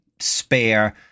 spare